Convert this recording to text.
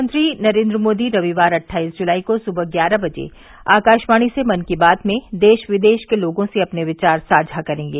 प्रधानमंत्री नरेन्द्र मोदी रविवार अट्ठाईस जुलाई को सुबह ग्यारह बजे आकाशवाणी से मन की बात में देश विदेश के लोगों से अपने विचार साझा करेंगे